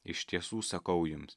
iš tiesų sakau jums